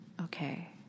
Okay